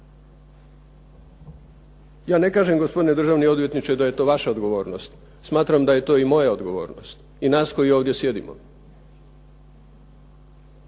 Ja ne kažem gospodine državni odvjetniče da je to vaša odgovornost. Smatram da je to i moja odgovornost i nas koji ovdje sjedimo,